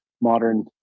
modern